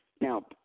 now